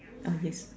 ah yes